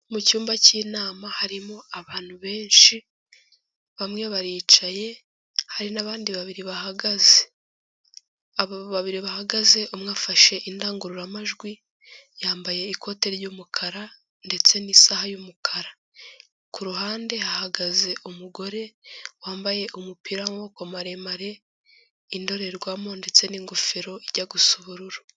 Mu cyumba cy'inama harimo abantu benshi, bamwe baricaye hari n'abandi babiri bahagaze. Abo babiri bahagaze umwe afashe indangururamajwi yambaye ikote ry'umukara ndetse n'isaha y'umukara, ku ruhande hahagaze umugore wambaye umupira w'amaboko maremare, indorerwamo ndetse n'ingofero ijya gusa ubururu.